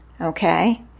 okay